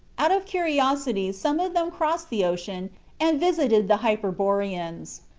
out of curiosity some of them crossed the ocean and visited the hyperboreans.